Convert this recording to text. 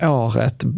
året